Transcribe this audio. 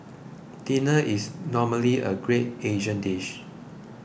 dinner is normally a great Asian dish